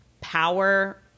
power